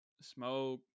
Smoke